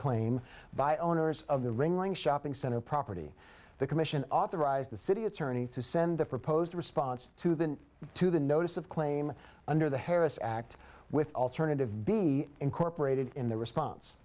claim by owners of the ringling shopping center property the commission authorized the city attorney to send the proposed response to the to the notice of claim under the harris act with alternative be incorporated in the response